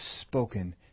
spoken